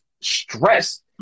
stress